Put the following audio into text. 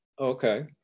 Okay